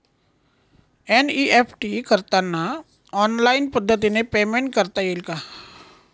NEFT करताना online पद्धतीने payment करता येते का?